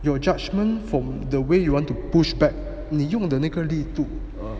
your judgment from the way you want to push back 你用的力度